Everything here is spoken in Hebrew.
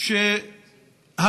כבוד היושב-ראש,